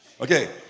Okay